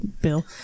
Bill